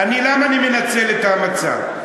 למה אני מנצל את המצב?